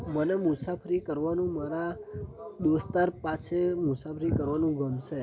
મને મુસાફરી કરવાનો મારા દોસ્તદાર પાસે મુસાફરી કરવાનું ગમશે